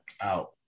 Out